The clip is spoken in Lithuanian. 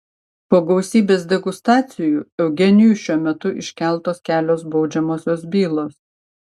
po gausybės degustacijų eugenijui šiuo metu iškeltos kelios baudžiamosios bylos